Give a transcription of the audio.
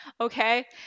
okay